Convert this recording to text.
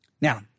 Now